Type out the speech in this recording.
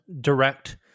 direct